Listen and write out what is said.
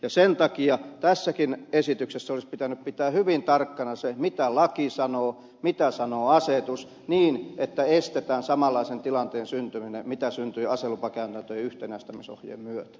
ja sen takia tässäkin esityksessä olisi pitänyt pitää hyvin tarkkana se mitä laki sanoo mitä sanoo asetus niin että estetään samanlaisen tilanteen syntyminen mikä syntyi aselupakäytäntöjen yhtenäistämisohjeen myötä